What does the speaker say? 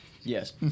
Yes